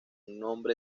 nombre